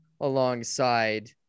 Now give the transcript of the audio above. alongside